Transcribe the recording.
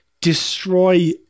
destroy